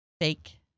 Fake